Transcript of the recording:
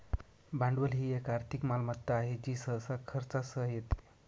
भांडवल ही एक आर्थिक मालमत्ता आहे जी सहसा खर्चासह येते